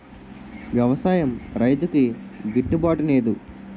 వ్యవసాయం రైతుకి గిట్టు బాటునేదు